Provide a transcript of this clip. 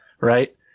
right